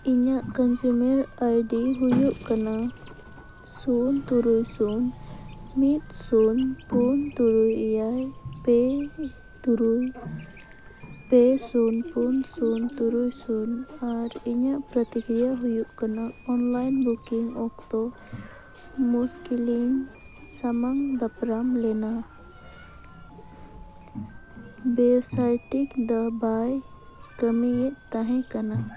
ᱤᱧᱟᱹᱜ consumer ID ᱦᱩᱭᱩᱜ ᱠᱟᱱᱟ ᱥᱩᱱ ᱛᱩᱨᱩᱭ ᱥᱩᱱ ᱢᱤᱫ ᱥᱩᱱ ᱯᱩᱱ ᱛᱩᱨᱩᱭ ᱮᱭᱟᱭ ᱯᱮ ᱛᱩᱨᱩᱭ ᱯᱮ ᱥᱩᱱ ᱯᱩᱱ ᱥᱩᱱ ᱛᱩᱨᱩᱭ ᱥᱩᱱ ᱟᱨ ᱤᱧᱟᱹᱜ ᱯᱨᱚᱛᱤᱠᱨᱤᱭᱟ ᱦᱩᱭᱩᱜ ᱠᱟᱱᱟ ᱚᱱᱞᱟᱭᱤᱱ ᱵᱩᱠᱤᱝ ᱚᱠᱛᱚ ᱢᱩᱥᱠᱤᱞᱟᱜ ᱤᱧ ᱥᱟᱢᱟᱝ ᱫᱟᱯᱨᱟᱢ ᱞᱮᱱᱟ ᱳᱭᱮᱵᱽᱥᱟᱭᱤᱴ ᱫᱚ ᱵᱟᱭ ᱠᱟᱹᱢᱤᱭᱮᱫ ᱛᱟᱦᱮᱸ ᱠᱟᱱᱟ